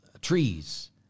trees